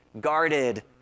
guarded